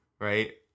right